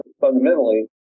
fundamentally